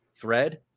thread